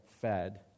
fed